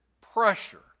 pressure